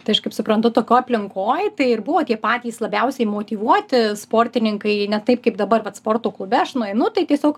tai aš kaip suprantu tokoj aplinkoj tai ir buvo patys labiausiai motyvuoti sportininkai ne taip kaip dabar vat sporto klube aš nueinu tai tiesiog